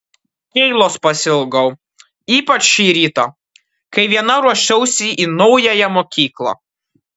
keilos pasiilgau ypač šį rytą kai viena ruošiausi į naująją mokyklą